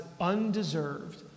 undeserved